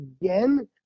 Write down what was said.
again